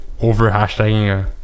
over-hashtagging